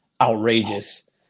outrageous